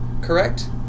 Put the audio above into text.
Correct